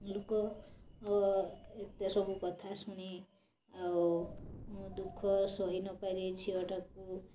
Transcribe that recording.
ଲୋକ ଏତେ ସବୁକଥା ଶୁଣି ଆଉ ଦୁଃଖ ସହି ନପାରି ଝିଅଟାକୁ